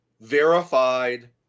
verified